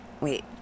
wait